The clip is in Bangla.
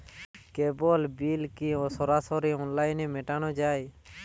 কেবল বিল কি সরাসরি অনলাইনে মেটানো য়ায়?